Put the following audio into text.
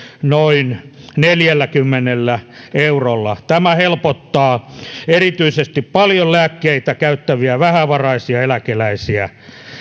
noin neljälläkymmenellä eurolla tämä helpottaa erityisesti paljon lääkkeitä käyttäviä vähävaraisia eläkeläisiä